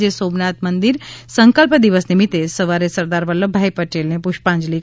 આજે સોમનાથ મંદિર સંકલ્પ દિવસ નિમિત્તે સવારે સરદાર વલ્લભભાઇ પટેલને પુષ્પાંજલિ કરવામાં આવી